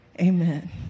Amen